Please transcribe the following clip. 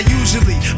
usually